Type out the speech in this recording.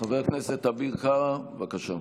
חבר הכנסת אביר קארה, בבקשה.